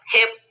Hip